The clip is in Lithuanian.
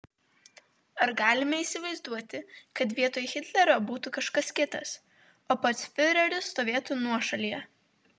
ar galime įsivaizduoti kad vietoj hitlerio būtų kažkas kitas o pats fiureris stovėtų nuošalyje